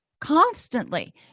constantly